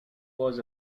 was